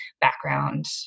background